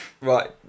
Right